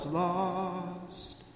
lost